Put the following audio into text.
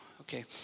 Okay